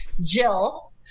Jill